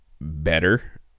better